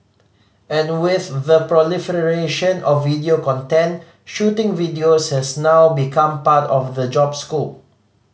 and with the proliferation of video content shooting videos has now become part of the job scope